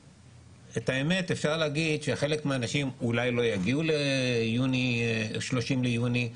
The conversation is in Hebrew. והאמת היא שחלק מהאנשים אולי לא יגיעו ל-30 ביוני,